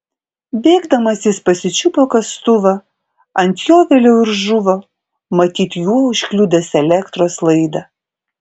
bėgdamas jis pasičiupo kastuvą ant jo vėliau ir žuvo matyt juo užkliudęs elektros laidą